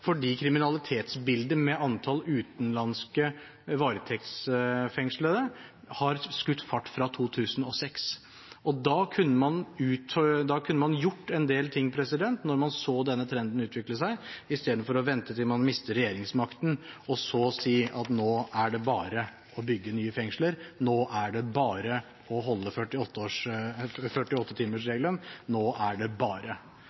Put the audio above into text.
kriminalitetsbildet når det gjelder antall utenlandske varetektsfengslede, har skutt fart fra 2006. Da kunne man gjort en del ting når man så denne trenden utvikle seg, istedenfor å vente til man mister regjeringsmakten og så si at nå er det bare å bygge nye fengsler, nå er det bare å holde